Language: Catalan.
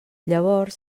llavors